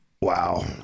Wow